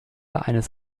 eines